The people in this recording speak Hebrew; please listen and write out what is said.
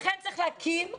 לכן צריך להקים רשות.